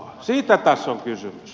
siitä tässä on kysymys